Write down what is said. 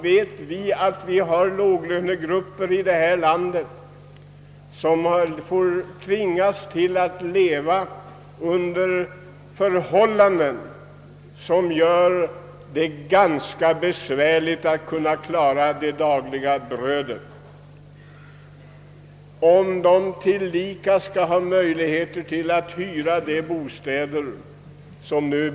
Vi har låglönegrupper i detta land som tvingas att leva under förhållanden, där det är ganska besvärligt att klara det dagliga brödet.